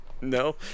no